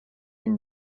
une